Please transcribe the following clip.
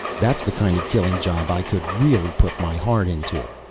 that's the kind of killing job i could really put my heart into.